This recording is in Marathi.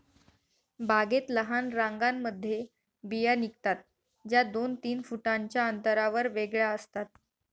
बागेत लहान रांगांमध्ये बिया निघतात, ज्या दोन तीन फुटांच्या अंतरावर वेगळ्या असतात